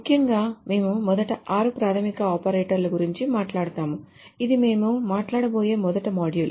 ముఖ్యంగా మేము మొదట 6 ప్రాథమిక ఆపరేటర్ల గురించి మాట్లాడుతాము ఇది మేము మాట్లాడబోయే మొదటి మాడ్యూల్